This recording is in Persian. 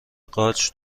قارچ